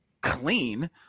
clean